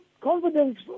confidence